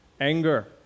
anger